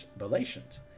relations